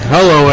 Hello